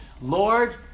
Lord